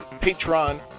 patron